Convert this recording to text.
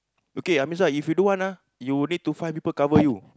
okay I miss out if you don't want ah you need to find people cover you